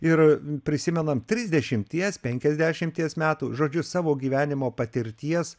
ir prisimenam trisdešimties penkiasdešimties metų žodžiu savo gyvenimo patirties